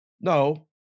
No